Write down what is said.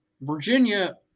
Virginia